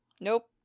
Nope